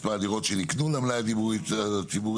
מספר הדירות שנקנו למלאי הדיור הציבורי.